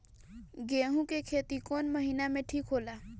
गेहूं के खेती कौन महीना में ठीक होला?